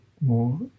more